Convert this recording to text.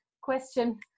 question